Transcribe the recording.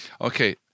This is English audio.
Okay